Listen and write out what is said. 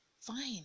Fine